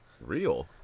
Real